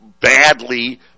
badly